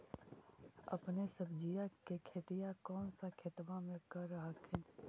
अपने सब्जिया के खेतिया कौन सा खेतबा मे कर हखिन?